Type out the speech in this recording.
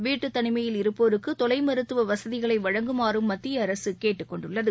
வீட்டுத் தனிமையில் இருப்போருக்கு தொலை மருத்துவ வசதிகளை வழங்குமாறும் மத்திய அரசு கேட்டுக் கொண்டுள்ளது